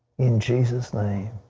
in jesus name,